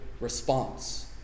response